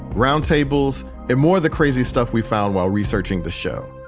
roundtables and more, the crazy stuff we found while researching the show.